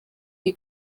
iyi